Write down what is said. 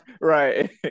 Right